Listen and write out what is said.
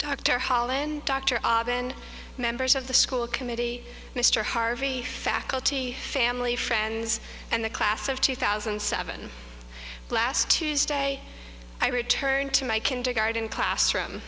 dr holland dr members of the school committee mr harvey faculty family friends and the class of two thousand and seven last tuesday i returned to my kindergarten classroom